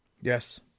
Yes